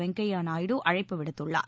வெங்கைய நாயுடு அழைப்பு விடுத்துள்ளார்